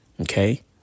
Okay